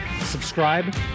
subscribe